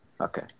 Okay